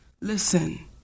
listen